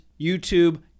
YouTube